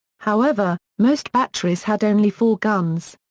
however, most batteries had only four guns.